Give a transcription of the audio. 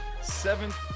seventh